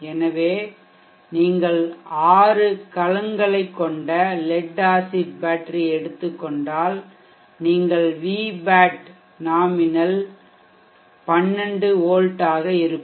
எனவே நீங்கள் 6 கலங்களைக் கொண்ட லெட் ஆசிட் பேட்டரியை எடுத்துக் கொண்டால் நீங்கள் Vbat நாமினல் 12 V ஆக இருக்கும்